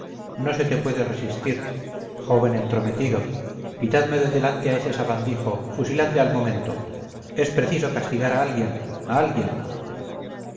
no se te puede resistir joven entrometido quitadme de delante a ese sabandijo fusiladle al momento es preciso castigar a alguien a alguien